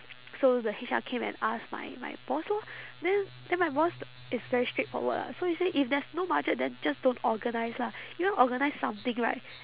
so the H_R came and ask my my boss lor then then my boss is very straightforward lah so he say if there's no budget then just don't organise lah you want organise something right